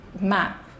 map